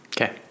Okay